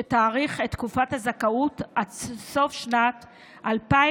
שתאריך את תקופת הזכאות עד סוף שנת 2022,